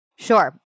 Sure